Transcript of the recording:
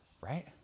right